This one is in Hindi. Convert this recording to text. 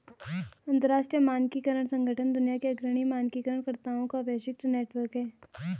अंतर्राष्ट्रीय मानकीकरण संगठन दुनिया के अग्रणी मानकीकरण कर्ताओं का वैश्विक नेटवर्क है